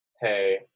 hey